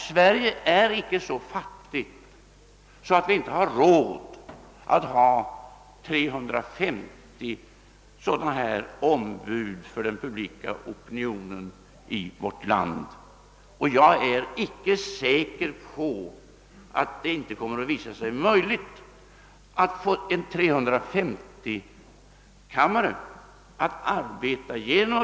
Sverige är inte så fattigt att vi inte har råd att ha 350 ombud för den publika opinionen i vårt land. Jag är dessutom inte säker på att det inte kommer att visa sig möjligt att genom en uppdelning av arbetet etc.